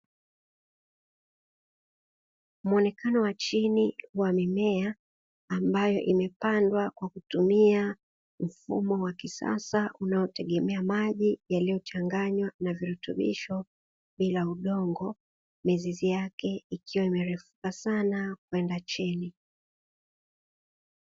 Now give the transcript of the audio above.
Muonekano wa chini wa mimea ambayo imepandwa kwa kutumia mfumo wa kisasa unaotegemea maji yaliyochanganywa na virutubisho bila udongo, mizizi yake ikiwa imerefuka sana kwenda chini.